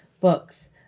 books